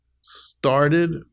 started